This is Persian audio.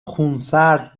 خونسرد